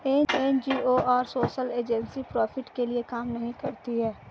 NGO और social agency profit के लिए काम नहीं करती है